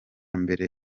mbere